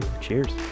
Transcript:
Cheers